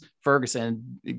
Ferguson